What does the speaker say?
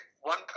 one